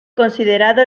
considerado